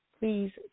please